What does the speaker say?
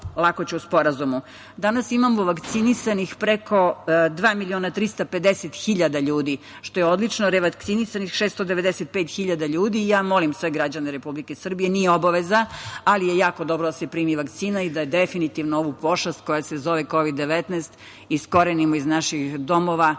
danas imamo vakcinisanih preko dva miliona i 350 hiljada ljudi, što je odlično, a revakcinisanih 695 hiljada ljudi. Ja molim sve građane Republike Srbije, nije obaveza, ali je jako dobro da se primi vakcina i da definitivno ovu pošast, koja se zove Kovid-19, iskrenimo iz naših domova.